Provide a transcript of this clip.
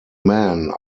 man